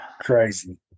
Crazy